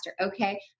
okay